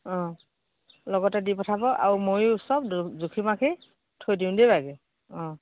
অঁ লগতে দি পঠাব আৰু মইয়ো চব জুখি মাখি থৈ দিম দেই অঁ